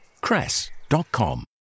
cress.com